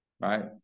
Right